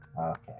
okay